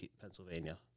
Pennsylvania